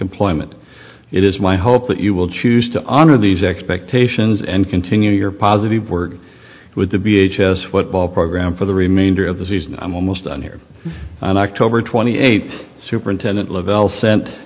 employment it is my hope that you will choose to honor these expectations and continue your positive word it would to be h s football program for the remainder of the season i'm almost done here and october twenty eighth superintendent lavelle